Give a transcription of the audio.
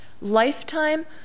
Lifetime